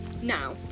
now